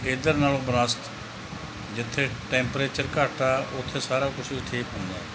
ਇੱਧਰ ਨਾਲੋਂ ਜਿੱਥੇ ਟੈਂਪਰੇਚਰ ਘੱਟ ਆ ਉੱਥੇ ਸਾਰਾ ਕੁਛ ਠੀਕ ਹੁੰਦਾ